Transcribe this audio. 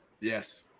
Yes